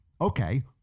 okay